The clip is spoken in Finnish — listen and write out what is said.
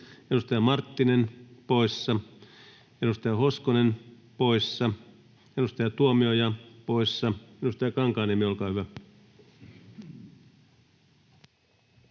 edustaja Marttinen poissa, edustaja Hoskonen poissa, edustaja Tuomioja poissa. — Edustaja Kankaanniemi, olkaa hyvä.